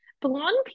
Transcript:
blonde